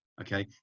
okay